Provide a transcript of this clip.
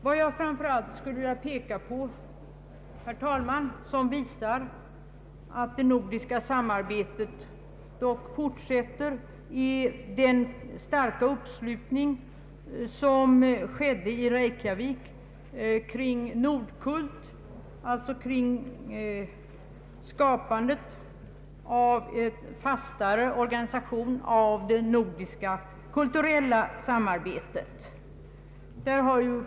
Vad jag framför allt skulle vilja peka på, herr talman, som visar att det nordiska samarbetet dock fortsätter, är den starka uppslutning som skedde i Reykjavik kring Nordkult, alltså kring skapandet av en fastare organisation av det nordiska kulturella samarbetet.